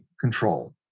control